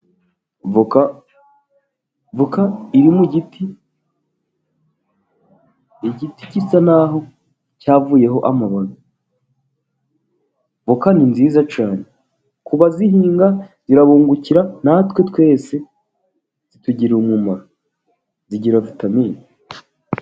Voka iri mu giti, igiti gisa naho cyavuyeho amababi; voka ni nziza cyane kubazihinga zirabungukira natwe twese zitugirira umumaro zigira vitamin.